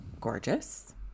gorgeous